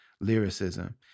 lyricism